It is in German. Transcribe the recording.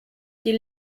die